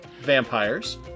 vampires